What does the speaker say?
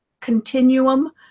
continuum